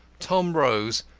tom rose,